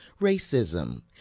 racism